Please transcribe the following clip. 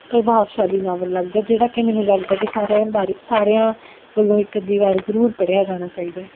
ਪ੍ਰਭਾਵਸ਼ਾਲੀ ਨਾਵਲ ਲੱਗਦਾ ਜਿਹੜਾ ਕਿ ਮੈਨੂੰ ਲੱਗਦਾ ਕਿ ਸਾਰਿਆਂ ਬਾਰੇ ਸਾਰਿਆਂ ਵੱਲੋਂ ਇੱਕ ਅੱਧੀ ਵਾਰ ਜ਼ਰੂਰ ਪੜ੍ਹਿਆ ਜਾਣਾ ਚਾਹੀਦਾ ਹੈ